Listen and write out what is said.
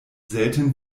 selten